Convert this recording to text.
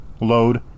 Load